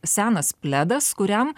senas pledas kuriam